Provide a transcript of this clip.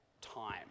time